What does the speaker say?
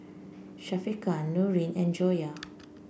Syafiqah Nurin and Joyah